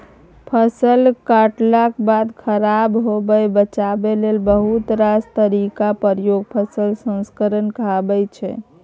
फसल कटलाक बाद खराब हेबासँ बचाबै लेल बहुत रास तरीकाक प्रयोग फसल संस्करण कहाबै छै